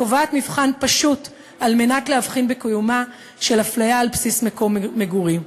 וקובעת מבחן פשוט על מנת להבחין בקיומה של אפליה על בסיס מקום מגורים,